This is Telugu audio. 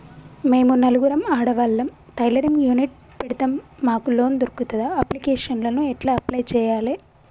మేము నలుగురం ఆడవాళ్ళం టైలరింగ్ యూనిట్ పెడతం మాకు లోన్ దొర్కుతదా? అప్లికేషన్లను ఎట్ల అప్లయ్ చేయాలే?